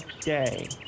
day